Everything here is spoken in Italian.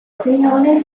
opinione